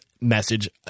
message